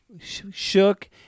shook